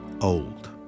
old